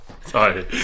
Sorry